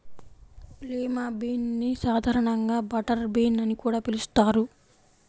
lima bean ని సాధారణంగా butter bean అని కూడా పిలుస్తారు